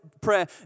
prayer